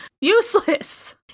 Useless